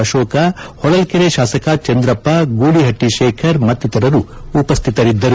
ಅಶೋಕ ಹೊಳಲ್ಲೆರೆ ಶಾಸಕ ಚಂದ್ರಪ್ಪ ಗೂಳಿಹಟ್ಟಿ ಶೇಖರ್ ಮತ್ತಿತರರು ಉಪಸ್ಥಿತರಿದ್ದರು